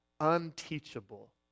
unteachable